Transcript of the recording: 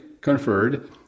conferred